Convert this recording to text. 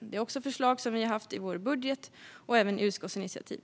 Också det är ett förslag som vi haft i vår budget och även i utskottsinitiativ,